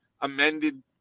amended